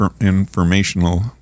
informational